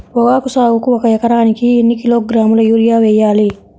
పొగాకు సాగుకు ఒక ఎకరానికి ఎన్ని కిలోగ్రాముల యూరియా వేయాలి?